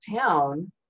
town